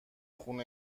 خون